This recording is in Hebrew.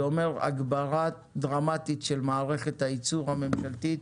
זה אומר הגברה דרמטית של מערכת הייצור הממשלתית,